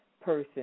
person